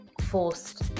forced